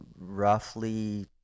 roughly